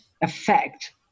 effect